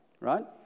right